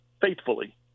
faithfully